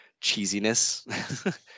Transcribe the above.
cheesiness